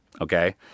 Okay